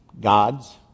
God's